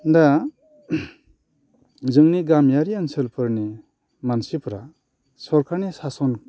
दा जोंनि गामियारि ओनसोलफोरनि मानसिफोरा सोरखारनि सासन